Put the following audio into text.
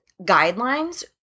guidelines